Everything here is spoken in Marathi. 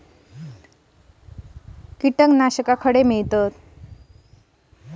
तणनाशक कुठे मिळते?